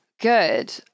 Good